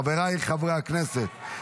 חבריי חברי הכנסת,